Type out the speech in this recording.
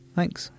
Thanks